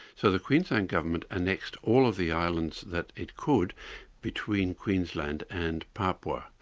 so the queensland government annexed all of the islands that it could between queensland and papua.